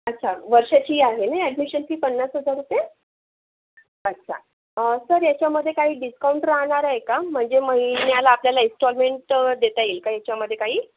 अच्छा वर्षाची आहे ना ॲडमिशन फी पन्नास हजार रुपये अच्छा सर याच्यामध्ये काही डिस्काउंट राहणार आहे का म्हणजे महिन्याला आपल्याला इन्स्टॉलमेंट देता येईल का याच्यामध्ये काही